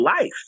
life